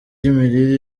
imirire